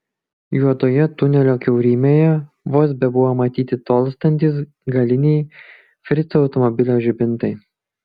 juodoje tunelio kiaurymėje vos bebuvo matyti tolstantys galiniai frico automobilio žibintai